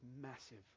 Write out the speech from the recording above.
massive